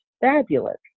fabulous